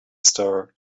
star